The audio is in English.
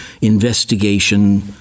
investigation